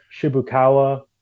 Shibukawa